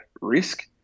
risk